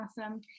Awesome